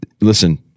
listen